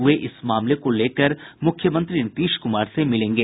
वे इस मामले को लेकर मुख्यमंत्री नीतीश कुमार से मिलेंगे